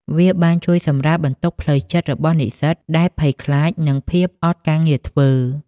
វាបានជួយសម្រាលបន្ទុកផ្លូវចិត្តរបស់និស្សិតដែលភ័យខ្លាចនឹងភាពអត់ការងារធ្វើ។